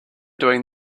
doing